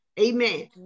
Amen